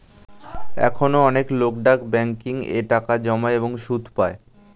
এখনো অনেক লোক ডাক ব্যাংকিং এ টাকা জমায় এবং সুদ পায়